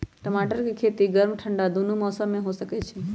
टमाटर के खेती गर्म ठंडा दूनो मौसम में हो सकै छइ